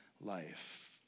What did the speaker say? life